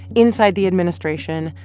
inside the administration,